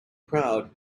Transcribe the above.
crowd